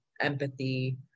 empathy